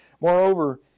Moreover